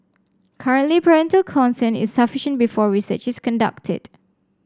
currently parental consent is sufficient before research is conducted